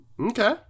Okay